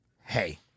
Hey